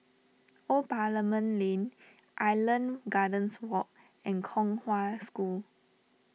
Old Parliament Lane Island Gardens Walk and Kong Hwa School